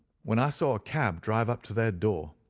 when i saw a cab drive up to their door.